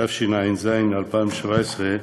התשע"ז 2017,